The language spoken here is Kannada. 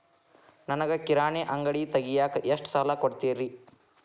ನನಗ ಕಿರಾಣಿ ಅಂಗಡಿ ತಗಿಯಾಕ್ ಎಷ್ಟ ಸಾಲ ಕೊಡ್ತೇರಿ?